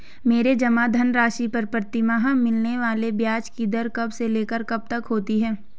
मेरे जमा धन राशि पर प्रतिमाह मिलने वाले ब्याज की दर कब से लेकर कब तक होती है?